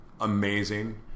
Amazing